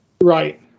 Right